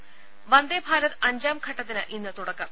ത വന്ദേഭാരത് അഞ്ചാംഘട്ടത്തിന് ഇന്ന് തുടക്കം